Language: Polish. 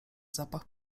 zapach